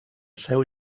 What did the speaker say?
seu